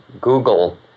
Google